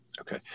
Okay